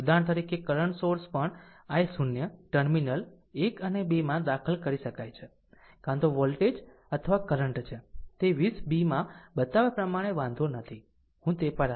ઉદાહરણ તરીકે current source પણ i0 ટર્મિનલ 1 અને 2 માં દાખલ કરી શકાય છે કાં તો વોલ્ટેજ અથવા કરંટ છે તે 20 b માં બતાવ્યા પ્રમાણે વાંધો નથી હું તે પર આવીશ